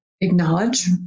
acknowledge